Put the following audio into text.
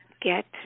get